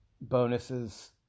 bonuses